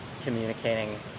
communicating